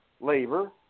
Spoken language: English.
labor